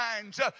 minds